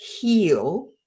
heal